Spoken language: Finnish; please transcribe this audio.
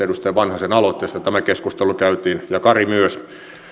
edustaja vanhasen aloitteesta tämä keskustelu käytiin ja kari myös